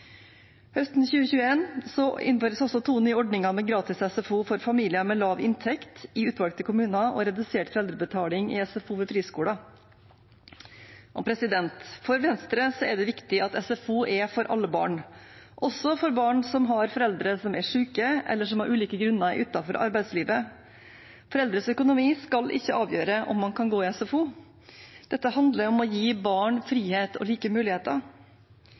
innføres også to nye ordninger: gratis SFO for familier med lav inntekt i utvalgte kommuner og redusert foreldrebetaling i SFO ved friskoler. For Venstre er det viktig at SFO er for alle barn, også for barn som har foreldre som er syke, eller som av ulike grunner er utenfor arbeidslivet. Foreldres økonomi skal ikke avgjøre om man kan gå i SFO. Dette handler om å gi barn frihet og like muligheter.